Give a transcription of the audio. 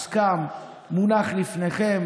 והוא מונח לפניכם.